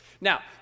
Now